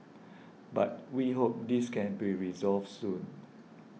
but we hope this can be resolved soon